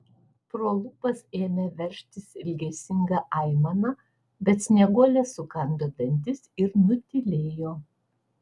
pro lūpas ėmė veržtis ilgesinga aimana bet snieguolė sukando dantis ir nutylėjo